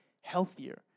healthier